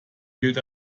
gilt